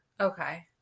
Okay